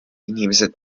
inimesed